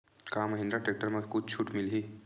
का महिंद्रा टेक्टर म कुछु छुट मिलही?